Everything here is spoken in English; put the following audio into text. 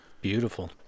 beautiful